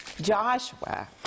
Joshua